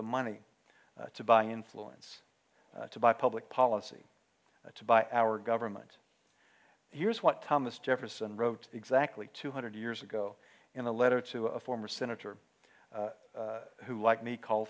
the money to buy influence to buy public policy to buy our government here's what thomas jefferson wrote exactly two hundred years ago in a letter to a former senator who like me call